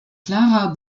clara